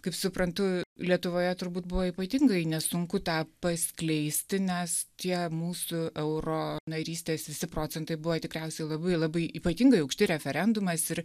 kaip suprantu lietuvoje turbūt buvo ypatingai nesunku tą paskleisti nes tie mūsų euro narystės visi procentai buvo tikriausiai labai labai ypatingai aukšti referendumas ir